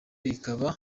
ikaba